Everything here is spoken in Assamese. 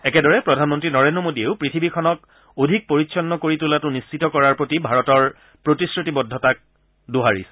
একেদৰে প্ৰধানমন্ত্ৰী নৰেন্দ্ৰ মোদীয়েও পৃথিৱীখনক অধিক পৰিচ্ছন্ন কৰি তোলাটো নিশ্চিত কৰাৰ প্ৰতি ভাৰতৰ প্ৰতিশ্ৰতিবদ্ধতাক দোহাৰিছে